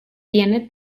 tiene